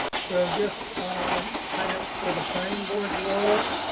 so just um kind of for the planning board's role,